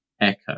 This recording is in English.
echo